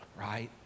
right